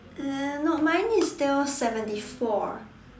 uh no mine is still seventy four